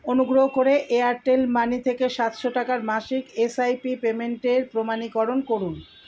অনুগ্রহ করে Airtel money থেকে সাতশো টাকার মাসিক এস আই পি পেমেন্টের প্রমাণীকরণ করুন